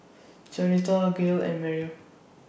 Jaunita Gail and Mary